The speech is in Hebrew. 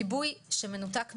גיבוי שמנותק מהרשת,